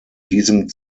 diesem